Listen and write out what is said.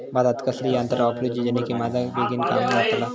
भातात कसली यांत्रा वापरुची जेनेकी माझा काम बेगीन जातला?